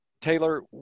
Taylor